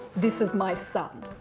this is my son.